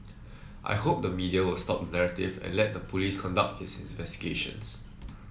I hope the media will stop the narrative and let the police conduct its investigations